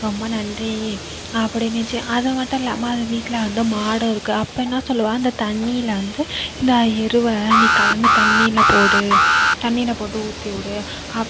ரொம்ப நன்றி அப்படினுச்சி அதை மட்டும் இல்லாம அது வீட்டில் வந்து மாடும் இருக்கு அப்போ என்ன சொல்லுவேன் அந்த தண்ணில வந்து இந்த எருவை நீ கலந்து தண்ணில போடு தண்ணில போட்டு ஊத்திவிடு அப்